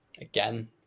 again